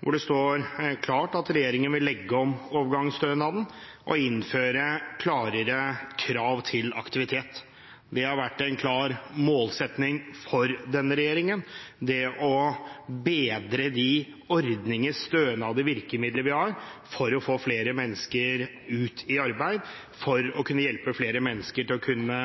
hvor det står klart at regjeringen vil legge om overgangsstønaden og innføre klarere krav til aktivitet. Det har vært en klar målsetting for denne regjeringen – det å bedre de ordninger, stønader og virkemidler vi har, for å få flere mennesker ut i arbeid, for å kunne hjelpe flere mennesker til å kunne